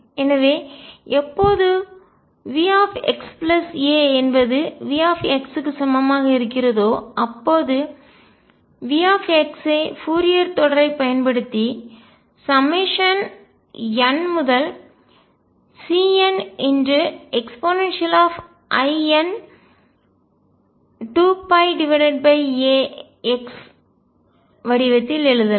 எனவே எப்போது V x a என்பது V க்கு சமமாக இருக்கிறதோ அப்போது V ஐ ஃப்பூரியர் தொடர் ஐப் பயன்படுத்தி nCnein2πax வடிவத்தில் எழுதலாம்